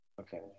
Okay